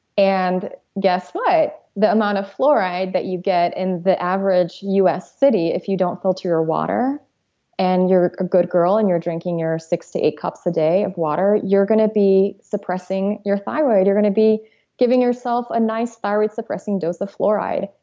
and guess what? the amount of fluoride that you get in the average us city, if you don't filter your water and you're a good girl and you're drinking your six to eight cups a day of water, you're gonna be suppressing your thyroid. you're gonna be giving yourself a nice thyroid suppressing dose of fluoride.